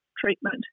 treatment